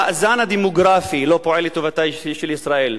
המאזן הדמוגרפי לא פועל לטובתה של ישראל,